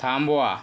थांबवा